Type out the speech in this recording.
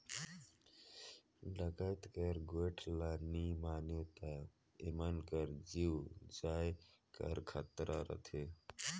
डकइत कर गोएठ ल नी मानें ता एमन कर जीव जाए कर खतरा रहथे